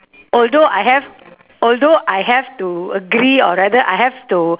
although I have although I have to agree or rather I have to